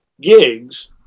gigs